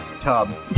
tub